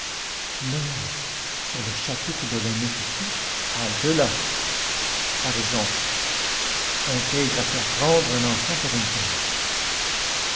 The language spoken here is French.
mais sur le chapitre de l'honnêteté halte-là par exemple intègres à faire pendre un enfant pour une pomme